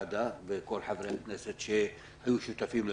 וכן להודות לכל חברי הוועדה ולחברים שהיו שותפים לדיונים.